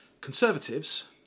conservatives